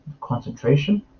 concentration